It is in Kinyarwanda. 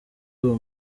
uwo